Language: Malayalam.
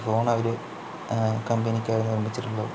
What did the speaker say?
ഈ ഫോൺ അവ കമ്പനിക്കാർ നിർമ്മിച്ചിട്ടുള്ളത്